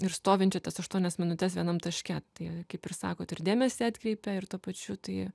ir stovinčią tas aštuonias minutes vienam taške tai kaip ir sakot ir dėmesį atkreipia ir tuo pačiu tai